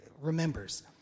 remembers